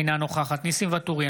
אינה נוכחת ניסים ואטורי,